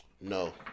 No